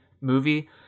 movie